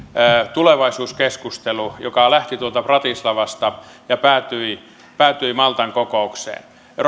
tulevaisuuskeskustelu joka lähti bratislavasta ja päätyi päätyi maltan kokoukseen